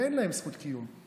אין להם זכות קיום.